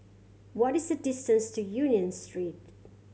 what is the distance to Union Street